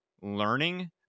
learning